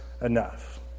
enough